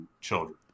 children